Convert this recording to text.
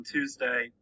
Tuesday